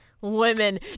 Women